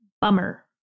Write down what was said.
Bummer